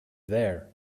there